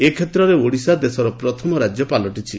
ଏ କ୍ଷେତ୍ରରେ ଓଡ଼ିଶା ଦେଶର ପ୍ରଥମ ରାଜ୍ୟ ପାଲଟିଛି